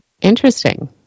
Interesting